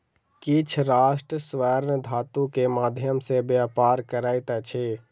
किछ राष्ट्र स्वर्ण धातु के माध्यम सॅ व्यापार करैत अछि